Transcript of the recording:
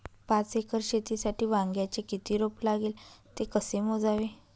पाच एकर शेतीसाठी वांग्याचे किती रोप लागेल? ते कसे मोजावे?